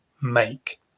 make